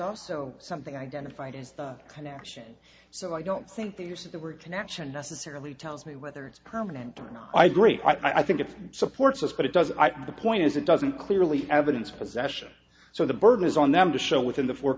also something identified as the connection so i don't think the use of the word connection necessarily tells me whether it's permanent or not i agree i think it supports us but it does i think the point is it doesn't clearly evidence possession so the burden is on them to show within the four